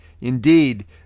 Indeed